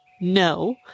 no